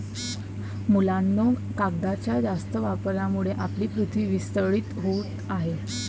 मुलांनो, कागदाच्या जास्त वापरामुळे आपली पृथ्वी विस्कळीत होत आहे